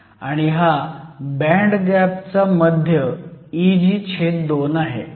आणि हा band gap चा मध्य Eg2 आहे